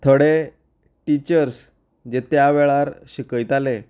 थोडे टिचर्स जे त्या वेळार शिकयताले